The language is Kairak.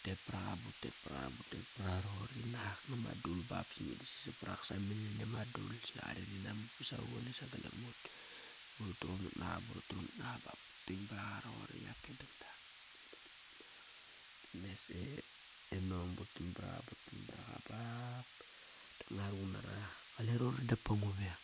Utet paraga, but tet paraga but tet par aqa roqori nak nama dul ba ba simeda sapsap par ak samam mene nani ama dul. Si qare inamak ba savavone sagalam ut. Burutrumat naqa buri trumat naqa ba ba deng bar aqa roqori, yake dang dang. e nang, bu tan baraqa butar baraqa bap. ngua ruqun nara. Kale roqori dapa ngu veng,